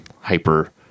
hyper-